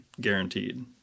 guaranteed